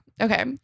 okay